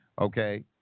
Okay